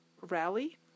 rally